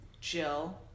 Jill